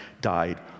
died